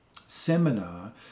seminar